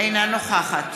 אינה נוכחת